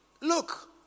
look